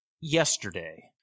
yesterday